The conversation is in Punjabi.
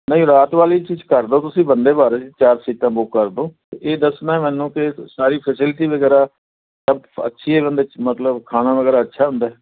ਨਹੀਂ ਰਾਤ ਵਾਲੀ 'ਚ ਵਿੱਚ ਕਰ ਦਓ ਤੁਸੀਂ ਬੰਦੇ ਭਾਰਤ 'ਚ ਚਾਰ ਸੀਟਾਂ ਬੁੱਕ ਕਰ ਦਓ ਅਤੇ ਇਹ ਦੱਸਣਾ ਮੈਨੂੰ ਕਿ ਸਾਰੀ ਫੈਸਿਲਿਟੀ ਵਗੈਰਾ ਸਭ ਅੱਛੀ ਹੈ ਬੰਦੇ 'ਚ ਮਤਲਬ ਖਾਣਾ ਵਗੈਰਾ ਅੱਛਾ ਹੁੰਦਾ